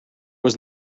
was